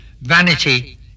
Vanity